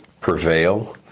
prevail